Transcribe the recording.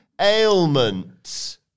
ailment